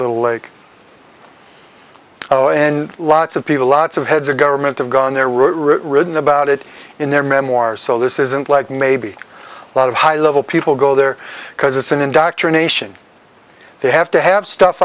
little lake oh and lots of people lots of heads of government have gone there were written about it in their memoirs so this isn't like maybe a lot of high level people go there because it's an indoctrination they have to have stuff